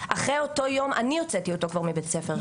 אחרי אותו יום אני הוצאתי אותו כבר מבית ספר,